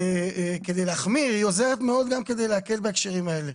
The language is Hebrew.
כדי להחמיר אלא היא עוזרת מאוד גם כדי להקל בהקשרים האלה.